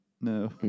No